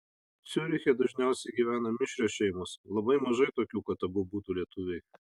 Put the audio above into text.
ciuriche dažniausiai gyvena mišrios šeimos labai mažai tokių kad abu būtų lietuviai